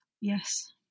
Yes